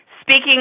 speaking